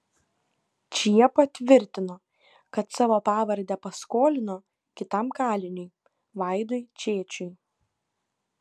čiepa tvirtino kad savo pavardę paskolino kitam kaliniui vaidui čėčiui